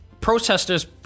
protesters